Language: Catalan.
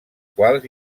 quals